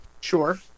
Sure